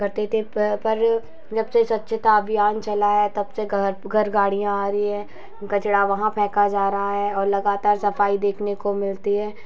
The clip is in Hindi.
करते थे पर जब से स्वस्थ स्वच्छता अभियान चला है घर घर गाड़ियाँ आ रही हैं कचरा वाहन फेंका जा रहा है और लगातार सफ़ाई देखने को मिलती है